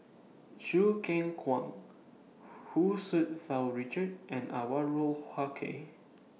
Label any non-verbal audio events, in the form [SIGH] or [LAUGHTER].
Choo Keng Kwang Hu Tsu [UNINTELLIGIBLE] Richard and Anwarul Haque